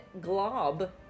glob